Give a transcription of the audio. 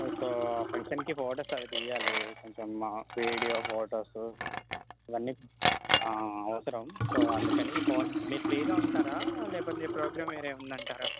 so ఫంక్షన్కి photos అవి తియ్యాలి కొంచెం వీడియో ఫోటోస్ ఇవన్నీ అవసరం సో అందుకని ఫోన్ మీరు ఫ్రీగా ఉంటారా లేకపోతే ప్రోగ్రామ్ వేరే ఉందంటారా